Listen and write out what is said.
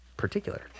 particular